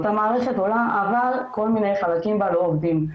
המערכת עולה אבל כל מיני חלקים בה לא עובדים.